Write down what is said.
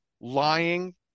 lying